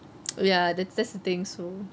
ya that's that's the thing so